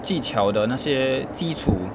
技巧的那些基础